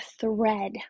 thread